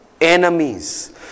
enemies